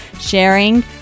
sharing